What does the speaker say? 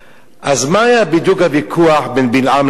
אז מה היה בדיוק הוויכוח בין בלעם לאתון?